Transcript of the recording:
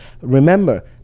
remember